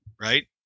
right